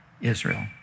Israel